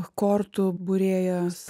kortų būrėjas